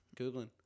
Googling